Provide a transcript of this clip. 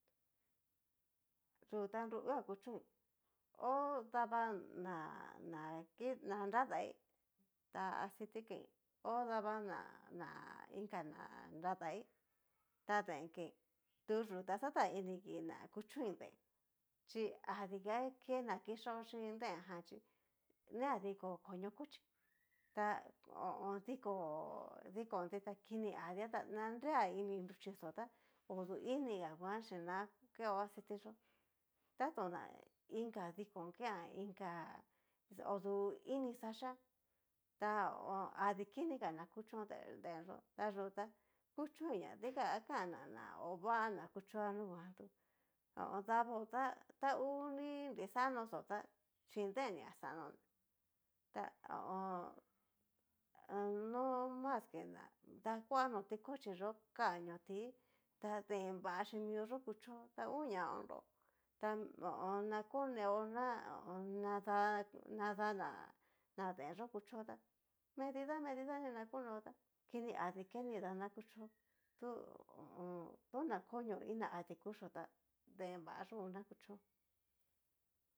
Yú ta nru uuhá kuchoin hó davaná na naradaí ta aciti kein ho davaná na- na inka na nráda'i ta deen keín, tu yú ta xataini ngi na kuchóin deen, chi adiga ke ña kixaó xhín deen jan chí nea dikón koño cochí, ta ho o on. diko dikonti ta kini adiá na nrea ini nruchixó tá o du iniga nguan xin na keo aciti yó tatón na inka dikón kean inka odu ini xaxhía ta ho adi kiniga na kuchó deen yó ta yutá, kuchoinña dikan akana na ová na kuño anunguan tú ho o on. davó tá, ta ngu ni nrixanó xó tá xhín deen ni axanoná, ta ho o on. no más ke na dakuanó tikochí yó kaniotí ta deen va xhi mió yó kuchó ta nguña konro ta ho o on. na koneo na ho o on. nadá na deen yó kuchó ta medida medida ni na koneó ta kini adi ke nida na kuchó tú ho o on. tona konió iin na adí kuxhío ta deen vá yó ngu na kuchó.